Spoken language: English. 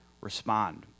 respond